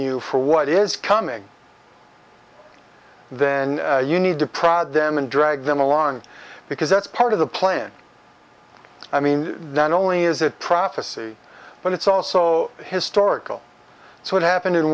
you for what is coming then you need to prod them and drag them along because that's part of the plan i mean not only is it prophecy but it's also historical so what happened in